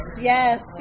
yes